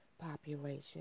population